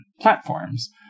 platforms